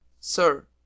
Sir